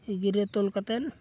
ᱜᱤᱨᱟᱹ ᱛᱚᱞ ᱠᱟᱛᱮᱫ